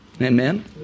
Amen